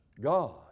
God